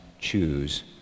choose